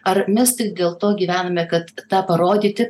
ar mes tik dėl to gyvename kad tą parodyti